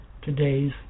today's